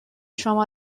شما